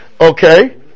Okay